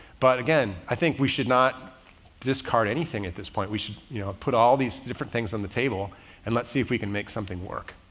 but again, i think we should not discard anything at this point. we should you know put all these different things on the table and let's see if we can make something work.